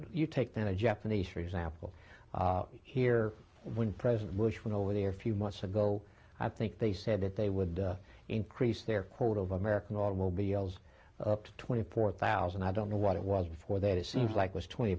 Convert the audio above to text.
you take them to japanese for example here when president bush went over there few months ago i think they said that they would increase their quota of american automobiles up two hundred and twenty four thousand i don't know what it was before that it seems like was twenty